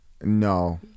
No